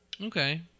Okay